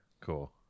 cool